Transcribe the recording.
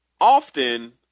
often